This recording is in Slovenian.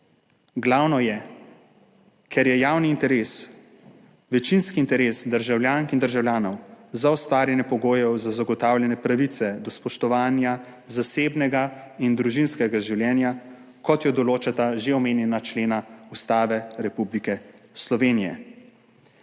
Glavno je, ker je javni interes večinski interes državljank in državljanov za ustvarjanje pogojev za zagotavljanje pravice do spoštovanja zasebnega in družinskega življenja, kot jo določata že omenjena člena Ustave Republike Slovenije.